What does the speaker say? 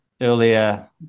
earlier